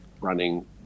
running